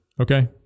okay